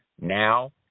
Now